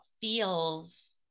feels